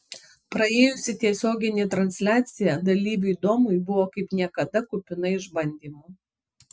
praėjusi tiesioginė transliacija dalyviui domui buvo kaip niekada kupina išbandymų